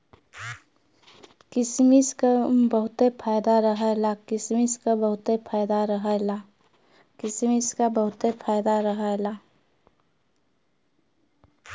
किसमिस क बहुते फायदा रहला